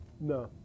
no